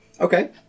Okay